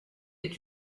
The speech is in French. est